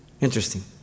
Interesting